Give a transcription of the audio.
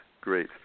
Great